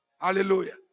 Hallelujah